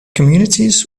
communities